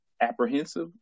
apprehensive